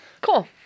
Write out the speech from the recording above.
cool